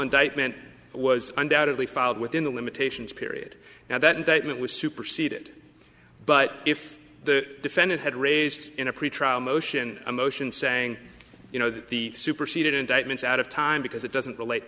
indictment was undoubtedly filed within the limitations period now that indictment was superseded but if the defendant had raised in a pretrial motion a motion saying you know that the superseded indictments out of time because it doesn't relate